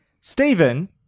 Stephen